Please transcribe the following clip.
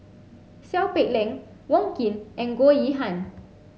Seow Peck Leng Wong Keen and Goh Yihan